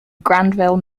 grandville